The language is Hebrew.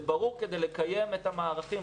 זה ברור, כדי לקיים את המערכים.